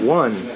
one